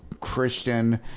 Christian